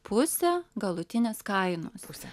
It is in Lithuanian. pusę galutinės kainos pusę